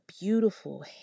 beautiful